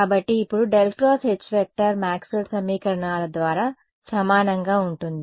కాబట్టి ఇప్పుడు ∇× H Maxwell సమీకరణాల ద్వారా సమానంగా ఉంటుంది